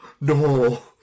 No